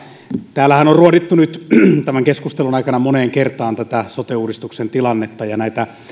täällähän on nyt ruodittu tämän keskustelun aikana moneen kertaan tätä sote uudistuksen tilannetta ja näitä